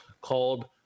called